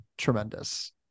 tremendous